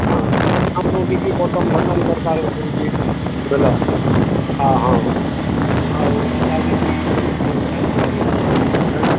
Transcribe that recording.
ହଁ ଆମକୁ କିଛି ବଟମ୍ ଫଟମ୍ ଦରକାର ପଡ଼ୁଛି ବୁଝିଲ ଓ ହ ଆଉ ଯାହା କିଛି ରଖିଛ ଡାଲି ଫାଲି ଏଁ